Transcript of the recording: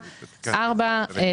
הרביעית,